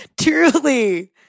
Truly